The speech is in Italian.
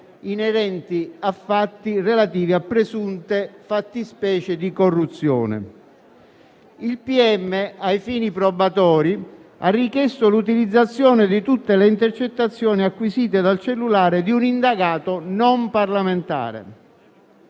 inerenti a fatti relativi a presunte fattispecie di corruzione. Il pubblico ministero, probatori, ha richiesto l'utilizzazione di tutte le intercettazioni acquisite dal cellulare di un indagato non parlamentare.